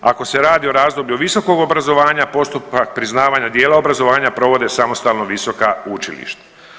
Ako se radi o razdoblju visokog obrazovanja postupak priznavanja dijela obrazovanja provode samostalno visoka učilišta.